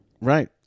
Right